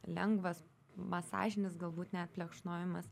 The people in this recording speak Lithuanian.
lengvas masažinis galbūt net plekšnojimas